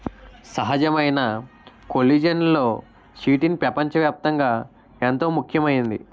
సహజమైన కొల్లిజన్లలో చిటిన్ పెపంచ వ్యాప్తంగా ఎంతో ముఖ్యమైంది